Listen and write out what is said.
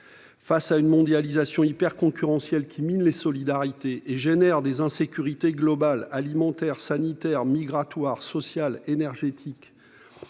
Face à une mondialisation hyperconcurrentielle, qui mine les solidarités et fait naître des insécurités globales, alimentaires, sanitaires, migratoires, sociales, énergétiques,